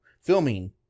filming